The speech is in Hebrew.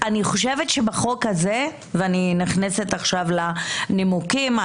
אני נכנסת עכשיו לנימוקים.